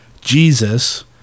Jesus